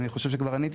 אני חושב שכבר עניתי